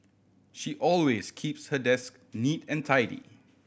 she always keeps her desk neat and tidy